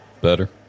better